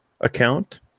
account